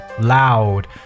loud